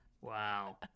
Wow